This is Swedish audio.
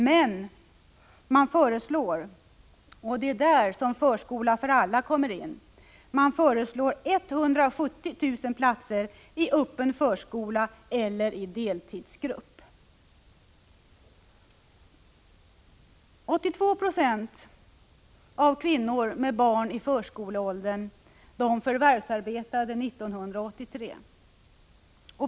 Men man föreslår — och det är där förskola för alla kommer in — 170 000 platser i öppen förskola eller i deltidsgrupp. 82 70 av kvinnorna med barn i förskoleåldern förvärvsarbetade 1983.